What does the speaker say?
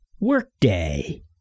Workday